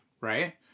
right